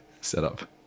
setup